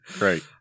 right